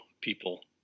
people